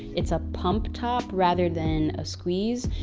it's a pump top rather than a squeeze,